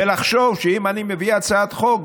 ולחשוב שאם אני מביא הצעת חוק,